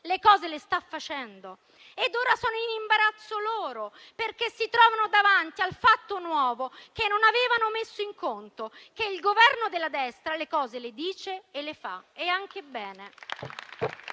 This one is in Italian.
le cose le sta facendo ed ora sono in imbarazzo loro, perché si trovano davanti al fatto nuovo che non avevano messo in conto, ovvero che il Governo della destra le cose le dice e le fa, e anche bene.